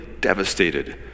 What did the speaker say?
devastated